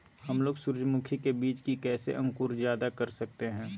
हमलोग सूरजमुखी के बिज की कैसे अंकुर जायदा कर सकते हैं?